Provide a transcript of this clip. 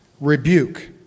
rebuke